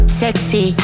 sexy